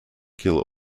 kill